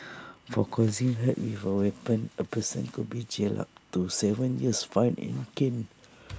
for causing hurt with A weapon A person could be jailed up to Seven years fined and caned